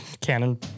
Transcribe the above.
Canon